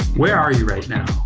where are you right now?